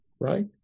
right